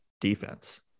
defense